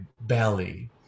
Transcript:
belly